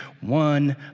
one